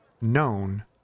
known